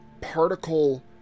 particle